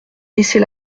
laisser